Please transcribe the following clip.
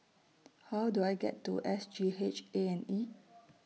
How Do I get to S G H A and E